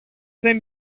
δεν